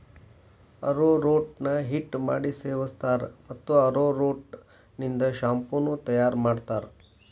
arrowroot ನ ಹಿಟ್ಟ ಮಾಡಿ ಸೇವಸ್ತಾರ, ಮತ್ತ ಅರೋರೂಟ್ ನಿಂದ ಶಾಂಪೂ ನು ತಯಾರ್ ಮಾಡ್ತಾರ